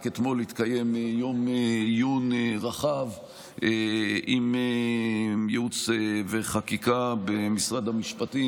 רק אתמול התקיים יום עיון רחב עם ייעוץ וחקיקה במשרד המשפטים,